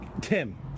Tim